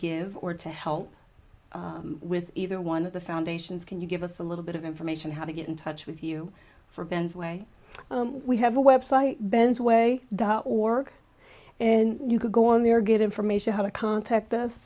give or to help with either one of the foundations can you give us a little bit of information how to get in touch with you for ben's way we have a website ben's way dot org and you could go in there get information how to contact us